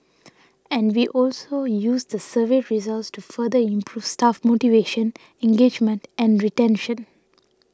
and we also use the survey results to further improve staff motivation engagement and retention